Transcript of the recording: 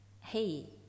hey